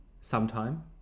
sometime